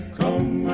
come